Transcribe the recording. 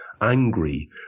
angry